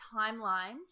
timelines